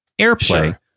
AirPlay